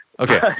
Okay